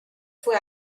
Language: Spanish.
fue